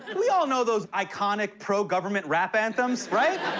and we all know those iconic pro-government rap anthems. right?